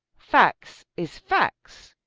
facts is facts.